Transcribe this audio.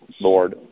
Lord